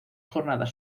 jornadas